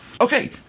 okay